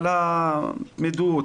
על ההתמדה,